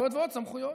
ועוד ועוד סמכויות.